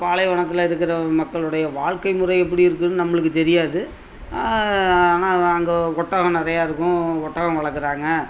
பாலைவனத்தில் இருக்கிற மக்களுடைய வாழ்க்கை முறை எப்படி இருக்குன்னு நம்பளுக்கு தெரியாது ஆனால் அங்கே ஒட்டகம் நிறையா இருக்கும் ஒட்டகம் வளர்க்கறாங்க